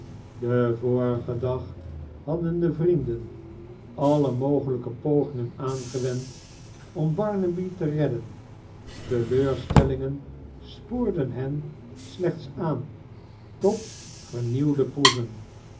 den vorigen dag hadden de vrienden alle mogelijke pogingen aangewend om barnaby te redden teleurstellingen spoorden hen slechts aan tot vernieuwde proeven